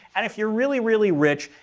and if you're really, really rich,